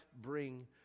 bring